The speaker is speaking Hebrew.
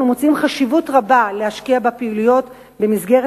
אנחנו מוצאים חשיבות רבה בהשקעה בפעילויות במסגרת